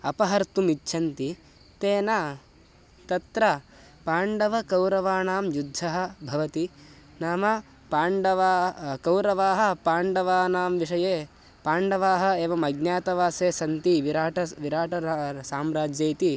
अपहर्तुम् इच्छन्ति तेन तत्र पाण्डवकौरवाणां युद्धः भवति नाम पाण्डवाः कौरवाः पाण्डवानां विषये पाण्डवाः एवम् अज्ञातवासे सन्ति विराटस्य विराटस्य साम्राज्ये इति